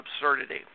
absurdity